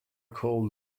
called